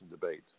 debate